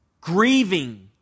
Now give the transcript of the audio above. grieving